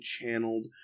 channeled